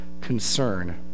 concern